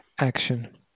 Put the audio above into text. action